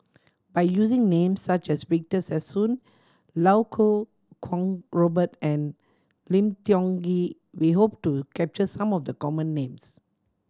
by using names such as Victor Sassoon Iau Kuo Kwong Robert and Lim Tiong Ghee we hope to capture some of the common names